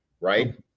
right